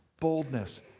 boldness